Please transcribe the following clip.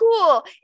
cool